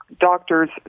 doctors